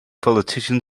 politician